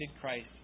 Christ